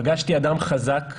פגשתי אדם חזק,